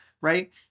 Right